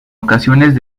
ocasiones